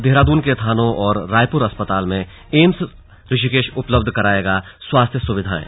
देहरादून के थानो और रायपुर अस्पताल में एम्स ऋषिकेश उपलब्ध कराएगा स्वास्थ्य सुविधाएं